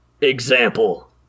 example